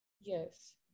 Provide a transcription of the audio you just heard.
Yes